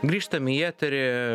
grįžtam į eterį